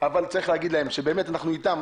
אבל צריך להגיד להם, שבאמת, אנחנו איתם.